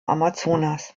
amazonas